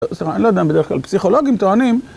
סליחה, אני לא יודע אם בדרך כלל. פסיכולוגים טוענים